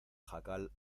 jacal